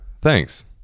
thanks